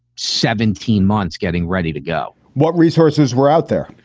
seventeen months getting ready to go what resources were out there?